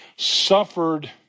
suffered